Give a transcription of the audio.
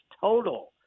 total